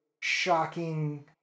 shocking